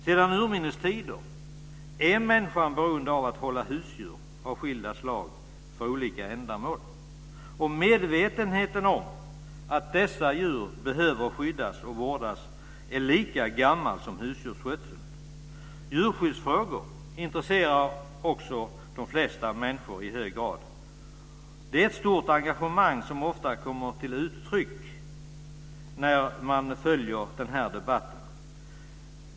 Sedan urminnes tider är människan beroende av att hålla husdjur av skilda slag för olika ändamål. Medvetenheten om att djuren behöver skyddas och vårdas är lika gammal som husdjursskötseln. Djurskyddsfrågor intresserar också de flesta människor i hög grad. Det är ett stort engagemang som ofta kommer till uttryck när man följer debatten.